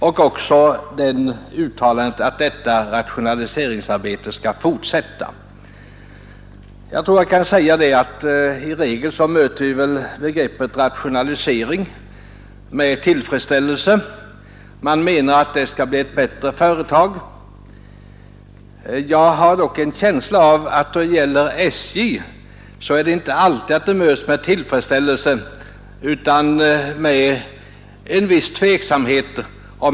I nämnda svar uttalas också att detta rationaliseringsarbete skall fortsätta. I regel möts väl begreppet rationalisering med tillfredsställelse; man väntar att det skall bli ett bättre företag. Jag har dock en känsla av att rationaliseringar som gäller SJ inte alltid möts med tillfredsställelse utan med en viss tveksamhet.